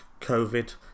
COVID